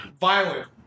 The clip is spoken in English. Violent